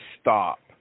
stop